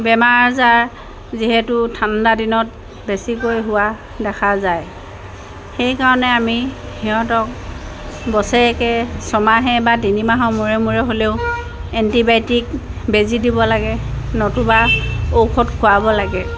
বেমাৰ আজাৰ যিহেতু ঠাণ্ডা দিনত বেছিকৈ হোৱা দেখা যায় সেইকাৰণে আমি সিহঁতক বছেৰেকে ছমাহে বা তিনিমাহৰ মূৰে মূৰে হ'লেও এণ্টিবায়'টিক বেজি দিব লাগে নতুবা ঔষধ খোৱাব লাগে